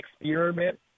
experiment